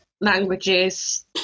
languages